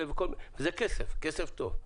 זה כסף טוב.